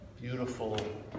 beautiful